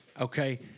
okay